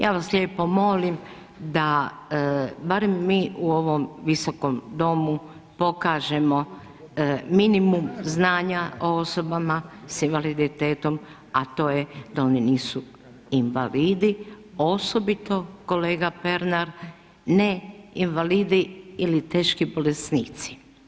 Ja vas lijepo molim da barem mi u ovom Visokom domu pokažemo minimum znanja o osobama sa invaliditetom a to je da oni nisu invalidi osobito kolega Pernar, ne invalidi ili teški bolesnici.